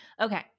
okay